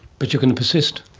but you can persist?